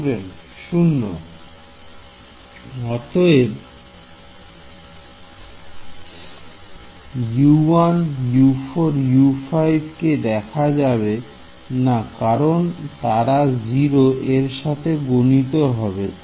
Student 0 0 অতএব U1U4U5 কে দেখা যাবে না কারণ তারা 0 র সাথে গনিত হবে